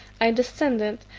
i descended,